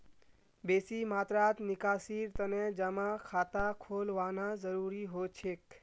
बेसी मात्रात निकासीर तने जमा खाता खोलवाना जरूरी हो छेक